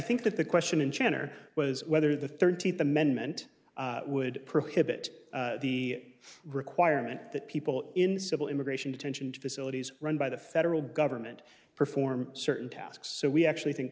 think that the question in chan or was whether the thirty three men meant would prohibit the requirement that people in civil immigration detention facilities run by the federal government perform certain tasks so we actually think